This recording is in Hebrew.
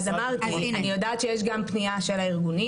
אז אמרתי: אני יודעת שיש גם פנייה של הארגונים.